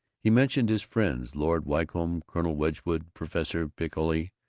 he mentioned his friends, lord wycombe, colonel wedgwood, professor piccoli.